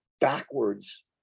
backwards